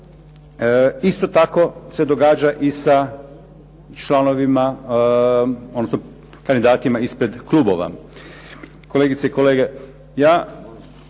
Isto tako se događa i sa članovima, odnosno kandidatima ispred klubova. Kolegice i kolege, ja